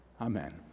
Amen